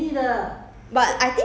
Teo Heng uh